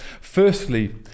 Firstly